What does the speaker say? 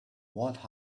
what